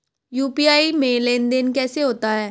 UPI में लेनदेन कैसे होता है?